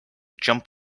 jump